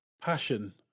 passion